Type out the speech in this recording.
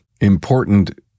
important